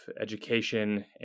education